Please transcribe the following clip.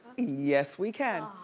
yes, we can.